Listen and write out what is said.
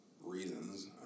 reasons